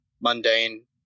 mundane